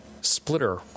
splitter